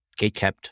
gatekept